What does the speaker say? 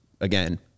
again